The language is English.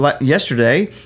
yesterday